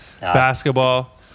basketball